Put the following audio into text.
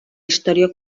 història